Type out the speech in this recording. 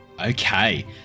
Okay